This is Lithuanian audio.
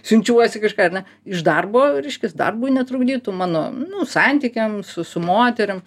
siunčiuosi kažką ar ne iš darbo reiškias darbui netrukdytų mano nu santykiams su su moterim